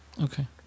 Okay